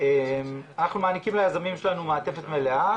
אנחנו מעניקים ליזמים שלנו מעטפת מלאה,